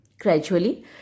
Gradually